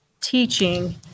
teaching